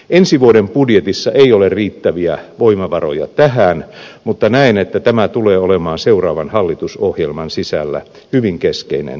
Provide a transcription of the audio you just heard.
ensi vuoden budjetissa ei ole riittäviä voimavaroja tähän mutta näen että tämä tulee olemaan seuraavan hallitusohjelman sisällä hyvin keskeinen kysymys